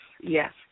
yes